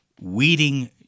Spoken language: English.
weeding